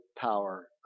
power